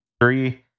Three